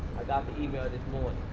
i got the email this morning.